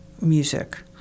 music